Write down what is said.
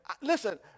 Listen